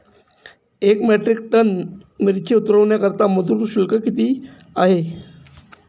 एक metric tonne मिरची उतरवण्याकरता मजूर शुल्क किती आहे?